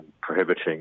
prohibiting